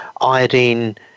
iodine